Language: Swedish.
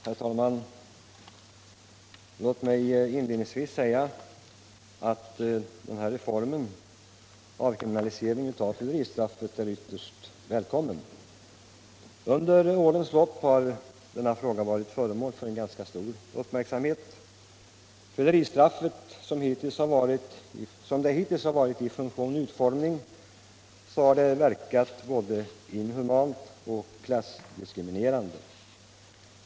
Herr talman! Låt mig inledningsvis säga att denna reform -— avkriminalisering av fylleristraffet — är ytterst välkommen. Under årens lopp har denna fråga varit föremål för ganska stor uppmärksamhet. Fylleristraffet har till sin funktion och utformning hittills verkat inhumant och klassdiskriminerande.